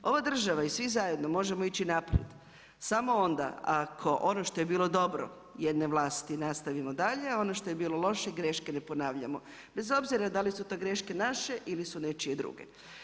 Ova država i svi zajedno možemo ići naprijed samo onda ako ono što je bilo dobro jedne vlasti nastavimo dalje, a ono što je bilo loše greške ne ponavljamo, bez obzira da li su te greške naše ili su nečije druge.